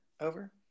over